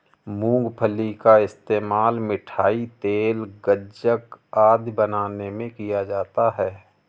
मूंगफली का इस्तेमाल मिठाई, तेल, गज्जक आदि बनाने में किया जाता है